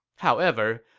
however,